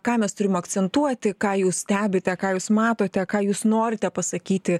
ką mes turim akcentuoti ką jūs stebite ką jūs matote ką jūs norite pasakyti